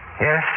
Yes